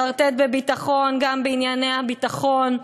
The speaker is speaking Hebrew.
חרטט בביטחון גם בענייני הביטחון.